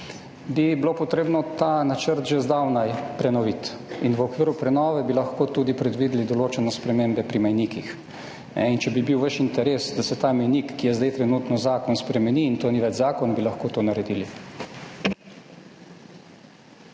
bi bilo treba ta načrt že zdavnaj prenoviti in v okviru prenove bi lahko tudi predvideli določene spremembe pri mejnikih in če bi bil vaš interes, da se ta mejnik, ki je zdaj trenutno zakon, spremeni, in to ni več zakon, bi lahko to naredili.